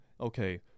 Okay